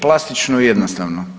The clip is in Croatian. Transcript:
Plastično i jednostavno.